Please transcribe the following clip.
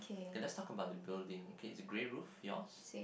okay let's talk about the building okay it's a grey roof yours